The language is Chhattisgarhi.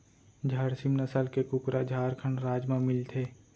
झारसीम नसल के कुकरा झारखंड राज म मिलथे